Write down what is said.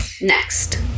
Next